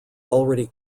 already